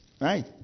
Right